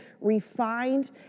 refined